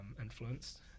influenced